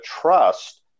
trust